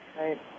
Right